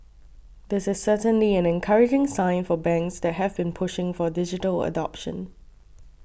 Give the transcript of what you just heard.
this is certainly an encouraging sign for banks that have been pushing for digital adoption